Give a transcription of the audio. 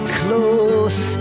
close